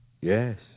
Yes